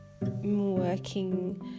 working